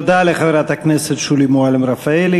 תודה לחברת הכנסת שולי מועלם-רפאלי.